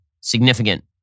significant